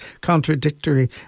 contradictory